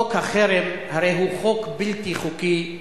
חוק החרם הרי הוא חוק בלתי חוקי בעליל.